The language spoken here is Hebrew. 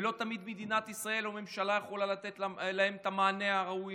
ולא תמיד מדינת ישראל או הממשלה יכולה לתת להם את המענה הראוי.